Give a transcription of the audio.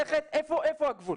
איפה הגבול.